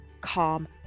calm